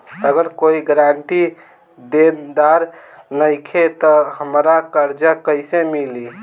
अगर कोई गारंटी देनदार नईखे त हमरा कर्जा कैसे मिली?